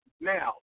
Now